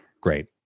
Great